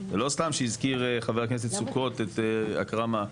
ולא סתם שהזכיר חבר הכנסת סוכות את מאקרמה.